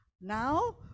now